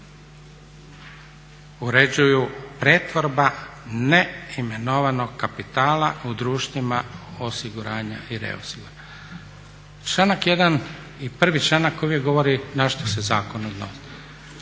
uređuje pretvorba neimenovanog kapitala u društvima osiguranja i reosiguranja. Članak 1.i 1.članak uvijek govori na što se zakon odnosi.